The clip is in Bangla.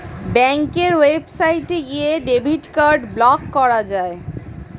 ব্যাঙ্কের ওয়েবসাইটে গিয়ে ডেবিট কার্ড ব্লক করা যায়